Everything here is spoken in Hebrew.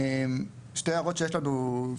שתי הערות שיש לנו,